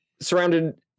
surrounded